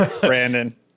Brandon